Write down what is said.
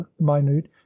minute